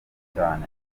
cyane